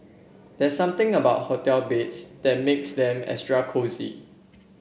there's something about hotel beds that makes them extra cosy